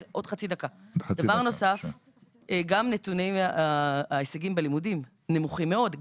גם נתוני ההישגים בלימודים נמוכים מאוד.